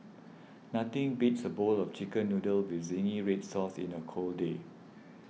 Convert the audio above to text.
nothing beats a bowl of Chicken Noodles with Zingy Red Sauce in a cold day